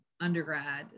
undergrad